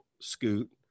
scoot